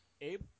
Abe